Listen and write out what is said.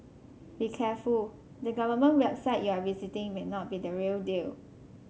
be careful the government website you are visiting may not be the real deal